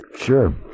sure